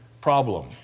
problem